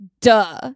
duh